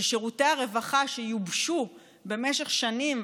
ושירותי הרווחה שיובשו במשך שנים,